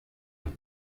uyu